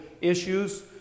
issues